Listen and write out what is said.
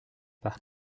par